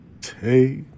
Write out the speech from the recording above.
Take